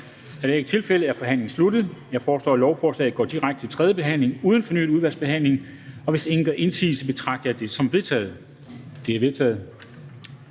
Da det ikke er tilfældet, er forhandlingen sluttet. Jeg foreslår, at lovforslaget går direkte til tredje behandling uden fornyet udvalgsbehandling. Hvis ingen gør indsigelse, betragter jeg det som vedtaget. Det er vedtaget.